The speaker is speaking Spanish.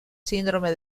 síndrome